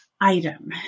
item